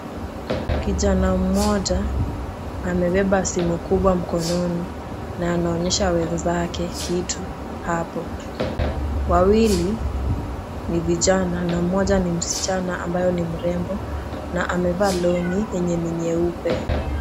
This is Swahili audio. Kijana mmoja amebeba simu kubwa mkononi na anaonyesha wenzake kitu hapo. Wawili ni vijana na mmoja ni msichana ambaye ni mrembo na amevaa longi yenye ni nyeupe.